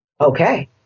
okay